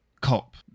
cop